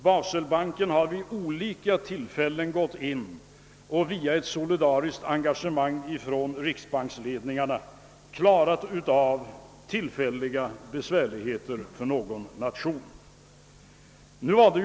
Baselbanken har också vid olika tillfällen ingripit och via ett solidariskt engagemang från vissa riksbanksledningar klarat av tillfälliga besvärligheter för någon viss nation.